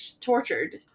tortured